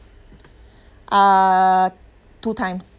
uh two times